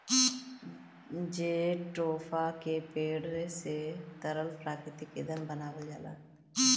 jatropha के पेड़े से तरल प्राकृतिक ईंधन बनावल जाला